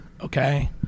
Okay